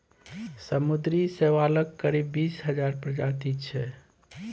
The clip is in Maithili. समुद्री शैवालक करीब बीस हजार प्रजाति छै